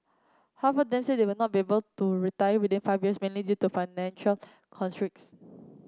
half of them said they would not be able to retire within five years mainly due to financial constraints